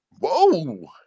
Whoa